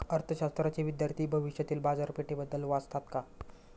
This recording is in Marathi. अर्थशास्त्राचे विद्यार्थी भविष्यातील बाजारपेठेबद्दल वाचतात का?